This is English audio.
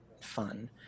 fun